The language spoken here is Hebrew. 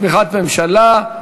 תמיכת הממשלה.